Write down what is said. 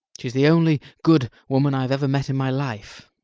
she is the only good woman i have ever met in my life.